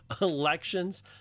elections